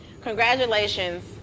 congratulations